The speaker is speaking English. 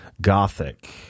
gothic